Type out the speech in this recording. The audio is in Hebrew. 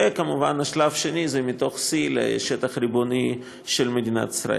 וכמובן השלב השני זה מתוך C לשטח הריבוני של מדינת ישראל.